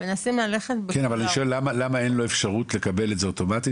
מנסים ללכת --- אבל אני שואלת למה אין לו אפשרות לקבל את זה אוטומטית?